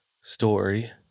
story